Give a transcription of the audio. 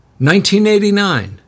1989